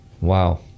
Wow